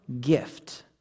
gift